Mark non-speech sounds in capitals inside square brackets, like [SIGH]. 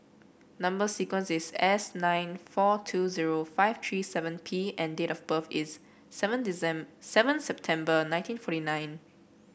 number sequence is S nine four two zero five three seven P and date of birth is seven [UNINTELLIGIBLE] seven September nineteen forty nine